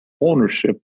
ownership